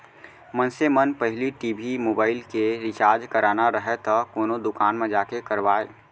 मनसे मन पहिली टी.भी, मोबाइल के रिचार्ज कराना राहय त कोनो दुकान म जाके करवाय